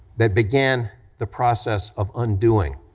that began the process of undoing